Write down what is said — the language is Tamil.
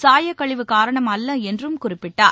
சாயக்கழிவு காரணம் அல்ல என்றும் குறிப்பிட்டார்